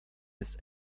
ist